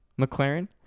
McLaren